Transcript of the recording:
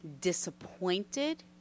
disappointed